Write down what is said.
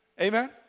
Amen